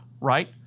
right